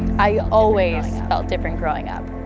i always felt different growing up,